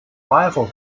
rival